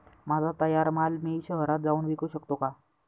माझा तयार माल मी शहरात जाऊन विकू शकतो का?